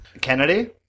Kennedy